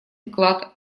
вклад